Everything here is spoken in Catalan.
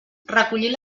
recollir